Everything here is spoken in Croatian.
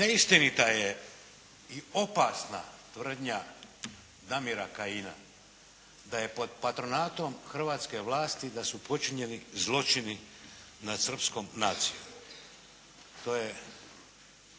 Neistinita je i opasna tvrdnja Damira Kajina da je pod patronatom hrvatske vlasti da su počinjeni zločini nad srpskom nacijom. To je